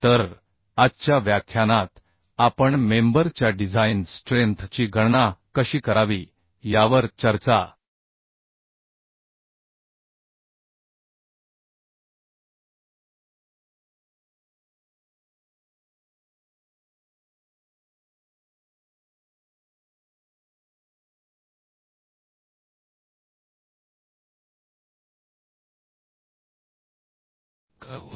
तर आजच्या व्याख्यानात आपण मेंबर च्या डिझाइन स्ट्रेंथ ची गणना कशी करावी यावर चर्चा करू